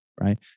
right